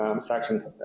Section